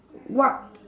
what